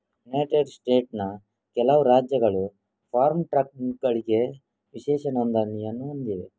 United ಸ್ಟೇಟ್ಸ್ನ ಕೆಲವು ರಾಜ್ಯಗಳು ಫಾರ್ಮ್ ಟ್ರಕ್ಗಳಿಗೆ ವಿಶೇಷ ನೋಂದಣಿಯನ್ನು ಹೊಂದಿವೆ